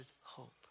hope